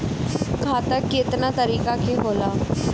खाता केतना तरीका के होला?